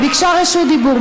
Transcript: היא ביקשה רשות דיבור.